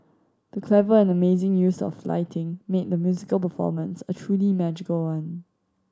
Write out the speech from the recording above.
the clever and amazing use of lighting made the musical performance a truly magical one